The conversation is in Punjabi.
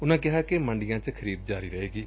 ਉਨੂਾਂ ਕਿਹਾ ਕਿ ਮੰਡੀਆਂ ਚ ਖਰੀਦ ਜਾਰੀ ਰਹੇਗੀ